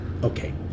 Okay